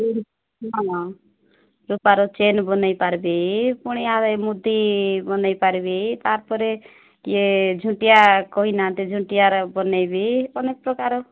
ହଁ ରୂପାର ଚେନ୍ ବନାଇ ପାରିବି ପୁଣି ଆଉ ଏ ମୁଦି ବନାଇ ପାରିବି ତା'ପରେ ଇଏ ଝୁଣ୍ଟିଆ କହି ନାହାନ୍ତି ଝୁଣ୍ଟିଆର ବନାଇବି ଅନେକ ପ୍ରକାରର